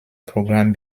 program